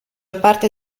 parte